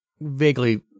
vaguely